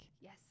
Yes